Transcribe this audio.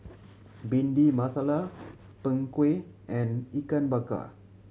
Bhindi Masala Png Kueh and Ikan Bakar